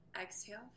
exhale